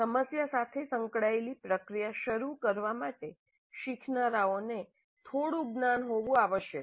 સમસ્યા સાથે સંકળાયેલી પ્રક્રિયા શરૂ કરવા માટે શીખનારાઓને થોડું જ્ઞાન હોવું આવશ્યક છે